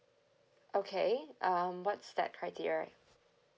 okay um what's that criteria